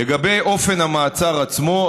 לגבי אופן המעצר עצמו,